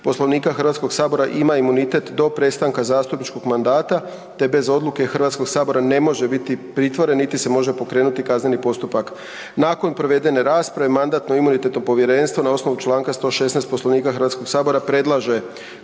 Poslovnika HS-a ima imunitet do prestanka zastupničkog mandata te bez odluke HS-a ne može biti pritvoren niti se može pokrenuti kazneni postupak. Nakon provedene rasprave Mandatno-imunitetno povjerenstvo na osnovu čl. 116. Poslovnika HS-a predlaže